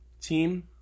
team